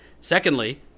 Secondly